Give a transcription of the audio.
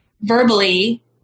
verbally